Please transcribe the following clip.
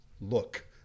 look